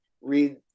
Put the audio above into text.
read